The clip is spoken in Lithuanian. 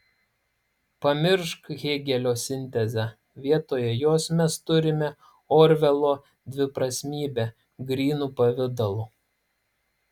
pamiršk hėgelio sintezę vietoje jos mes turime orvelo dviprasmybę grynu pavidalu